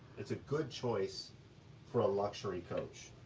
it's a good choice for a luxury coach.